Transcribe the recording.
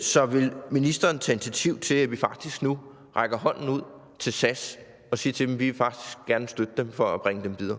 Så vil ministeren tage initiativ til, at vi faktisk nu rækker hånden ud til SAS og siger til dem, at vi faktisk gerne vil støtte dem for at bringe dem videre?